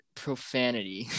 profanity